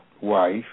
wife